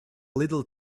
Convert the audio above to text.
little